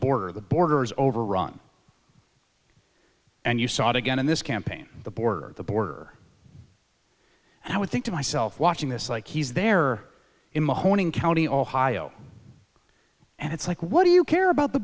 border the border is overrun and you saw it again in this campaign the border the border i would think to myself watching this like he's there in mahoning county ohio and it's like what do you care about the